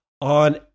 on